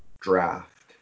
draft